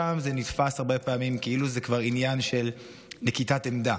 שם זה נתפס הרבה פעמים כאילו זה כבר עניין של נקיטת עמדה,